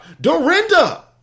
Dorinda